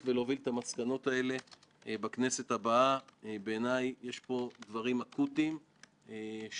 מול הכנסת ולא להפסיק ולוּ ליום אחד ולגרום לכך שהמסקנות וההמלצות